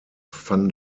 van